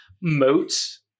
moats